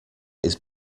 his